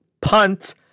punt